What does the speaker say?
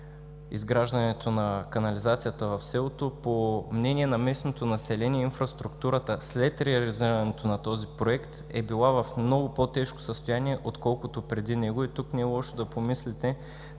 изграждането на канализацията в селото. По мнение на местното население инфраструктурата след реализирането на този проект е била в много по-тежко състояние, отколкото преди него. Тук не е лошо да помислите